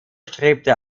strebte